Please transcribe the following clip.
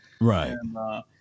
right